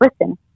listen